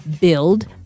build